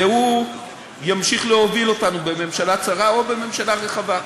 והוא ימשיך להוביל אותנו בממשלה צרה או בממשלה רחבה.